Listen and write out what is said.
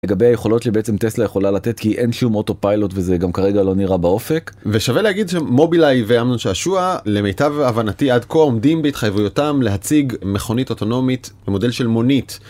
לגבי היכולות שבעצם טסלה יכולה לתת כי אין שום אוטו פיילוט וזה גם כרגע לא נראה באופק. ושווה להגיד שמובילאי ואמנון שעשוע למיטב הבנתי עד כה עומדים בהתחייבויותם להציג מכונית אוטונומית למודל של מונית.